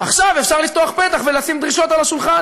עכשיו אפשר לפתוח פתח ולשים דרישות על השולחן.